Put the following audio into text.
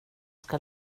ska